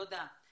תודה.